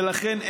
ולכן,